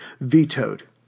vetoed